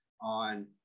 on